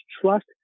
trust